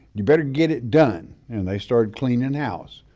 you better get it done. and they started cleaning house,